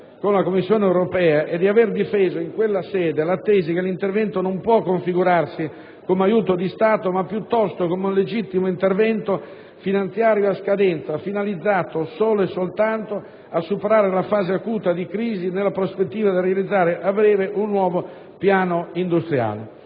con la Commissione europea e di aver difeso in quella sede la tesi che l'intervento non può configurarsi come aiuto di Stato, ma piuttosto come un legittimo intervento finanziario a scadenza, finalizzato solo e soltanto a superare la fase acuta di crisi nella prospettiva di realizzare a breve un nuovo piano industriale.